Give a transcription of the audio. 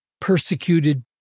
persecuted